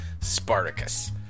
Spartacus